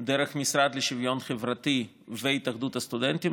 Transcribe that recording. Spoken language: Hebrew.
דרך המשרד לשוויון חברתי והתאחדות הסטודנטים.